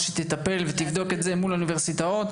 שתטפל ותבדוק את זה מול האוניברסיטאות.